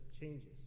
changes